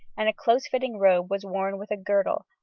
and a close-fitting robe was worn with a girdle,